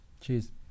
Cheers